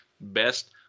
Best